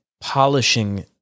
polishing